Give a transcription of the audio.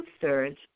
two-thirds